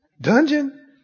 Dungeon